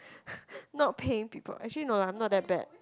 not paying people actually no lah I'm not that bad